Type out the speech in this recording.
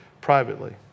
privately